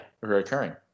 recurring